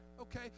Okay